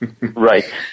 Right